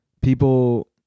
People